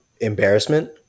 embarrassment